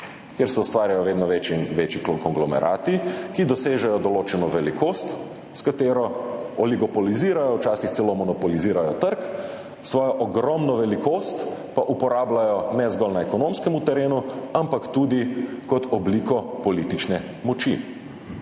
kjer se ustvarjajo vedno večji in večji konglomerati, ki dosežejo določeno velikost, s katero oligopolizirajo, včasih celo monopolizirajo trg, svojo ogromno velikost pa uporabljajo ne zgolj na ekonomskem terenu, ampak tudi kot obliko politične moči.